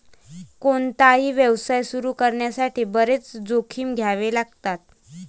कोणताही व्यवसाय सुरू करण्यासाठी बरेच जोखीम घ्यावे लागतात